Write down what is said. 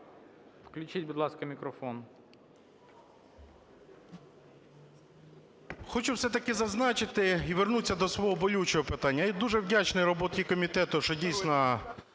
Включіть, будь ласка, мікрофон.